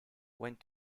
went